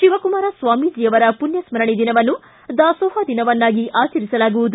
ಶಿವಕುಮಾರ್ ಸ್ವಾಮೀಜಿ ಅವರ ಪುಣ್ಯಸ್ಕರಣೆ ದಿನವನ್ನು ದಾಸೋಹ ದಿನವನ್ನಾಗಿ ಆಚರಿಲಾಗುವುದು